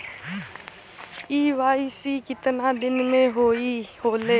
KYC कितना दिन में होले?